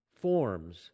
forms